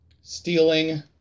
stealing